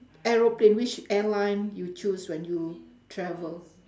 aeroplane which airline you choose when you travel